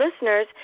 listeners